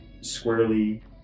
squarely